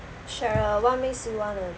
cheryl what makes you want to